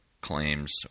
claims